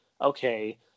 okay